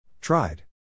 Tried